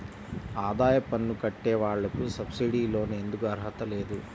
ఆదాయ పన్ను కట్టే వాళ్లకు సబ్సిడీ లోన్ ఎందుకు అర్హత లేదు?